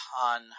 on